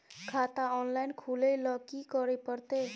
खाता ऑनलाइन खुले ल की करे परतै?